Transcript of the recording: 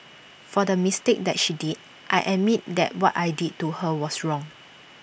for the mistake that she did I admit that what I did to her was wrong